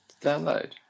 Download